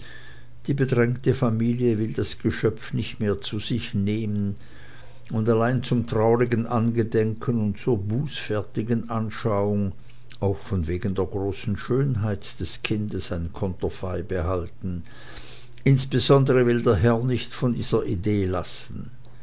die bedrängte familie will das geschöpfe nicht mehr zu sich nemen und allein zum traurigen angedenken und zur bußfertigen anschauung auch von wegen der großen schönheit des kindes ein conterfey behalten insbesundere will der herr nicht von dieser idee lassen